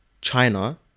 China